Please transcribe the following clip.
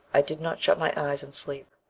i did not shut my eyes in sleep.